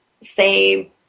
say